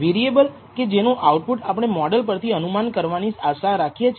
variable કે જેનું output આપણે મોડલ પરથી અનુમાન કરવાની આશા રાખીએ છીએ